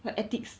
like ethics